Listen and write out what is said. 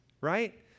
Right